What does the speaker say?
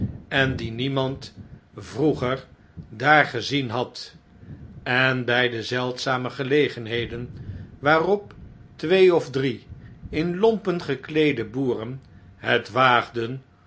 en die niemand vroeger daar gezien had en bjj de zeldzame gelegenheden waarop twee of drie in lompen gekleede boeren het waagden